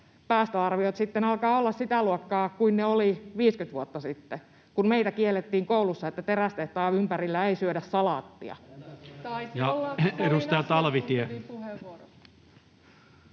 päästöarviot alkavat olla sitä luokkaa kuin ne olivat 50 vuotta sitten, kun meitä kiellettiin koulussa, että terästehtaan ympärillä ei syödä salaattia. [Speech 392]